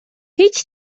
هیچ